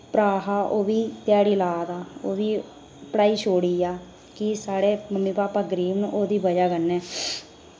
भ्रा हा ओह् बी ध्याड़ी ला दा ओह् भी पढ़ाई छोड़ी आ कि साढ़े मम्मी पापा गरीब न ओह्दी बजह कन्नै